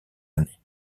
années